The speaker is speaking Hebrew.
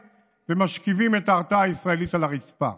ומשכיבים את ההרתעה הישראלית על הרצפה.